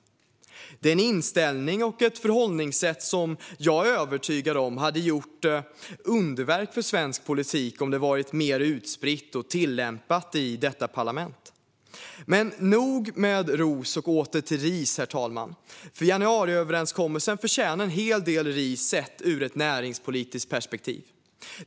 Det är en inställning och ett förhållningssätt som jag är övertygad om hade gjort underverk för svensk politik om det varit mer utspritt och tillämpat i detta parlament. Herr talman! Nog med ros och åter till ris. Januariöverenskommelsen förtjänar en hel del ris sett ur ett näringspolitiskt perspektiv.